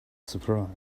surprised